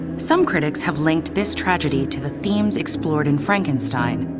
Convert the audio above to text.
some critics have linked this tragedy to the themes explored in frankenstein.